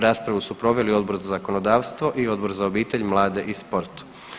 Raspravu su proveli Odbor za zakonodavstvo i Odbor za obitelj, mlade i sport.